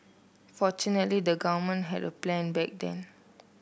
fortunately the government had a plan back then